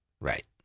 Right